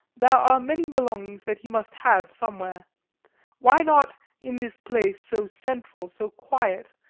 there are many belongings that he must have somewhere why not in this place so central, so quiet,